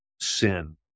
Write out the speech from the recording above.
sin